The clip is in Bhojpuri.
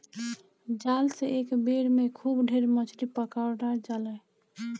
जाल से एक बेर में खूब ढेर मछरी पकड़ा जाले